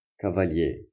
cavalier